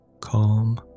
Calm